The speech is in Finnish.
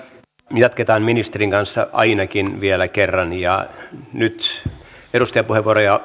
jatketaan ministerin kanssa ainakin vielä kerran ja nyt edustajapuheenvuoroja